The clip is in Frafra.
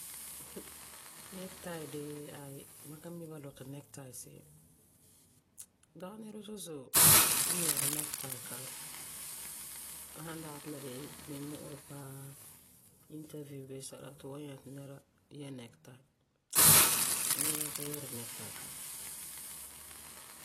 Necktie dee, mam ka mi ba luri necktie se’em. Dagi nɛreba zo’e zo'e n yɛɛre necktie kalam La sãn dagi ti la de la nimmu’urɛ paa, interview bii sɛla ti fu ta nyɛ ti nɛra yɛ' necktie, nɛreba ka yɛɛri necktie kalam